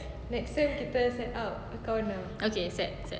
okay set set